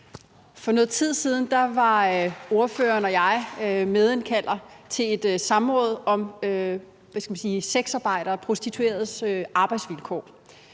For noget tid siden var ordføreren og jeg medindkalder til et samråd om sexarbejderes, prostitueredes arbejdsvilkår,